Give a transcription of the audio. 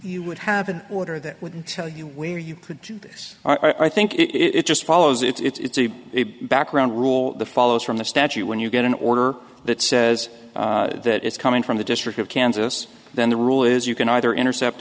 you would have an order that wouldn't tell you where you could do this or i think it just follows it's a background rule follows from the statute when you get an order that says that it's coming from the district of kansas then the rule is you can either intercept